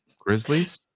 Grizzlies